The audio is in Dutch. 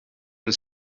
een